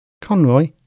Conroy